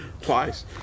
Twice